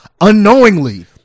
unknowingly